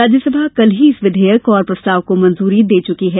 राज्यसभा कल ही इस विधेयक और प्रस्ताव को मंजूरी दे चुकी है